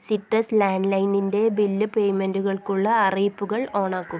സിറ്റസ് ലാൻഡ്ലൈനിൻ്റെ ബിൽ പേയ്മെന്റ്റുകൾക്കുള്ള അറിയിപ്പുകൾ ഓണാക്കു